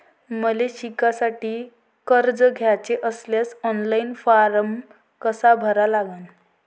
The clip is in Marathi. मले शिकासाठी कर्ज घ्याचे असल्यास ऑनलाईन फारम कसा भरा लागन?